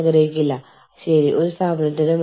IHR വകുപ്പിന് എന്ത് ചെയ്യാൻ കഴിയും